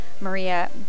Maria